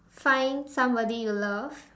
find somebody you love